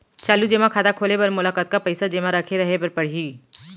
चालू जेमा खाता खोले बर मोला कतना पइसा जेमा रखे रहे बर पड़ही?